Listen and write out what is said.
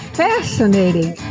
fascinating